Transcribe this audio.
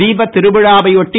தீபத்திருவிழாவையொட்டி